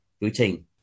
routine